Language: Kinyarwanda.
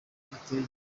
ateye